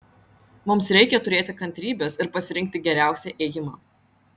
mums reikia turėti kantrybės ir pasirinkti geriausią ėjimą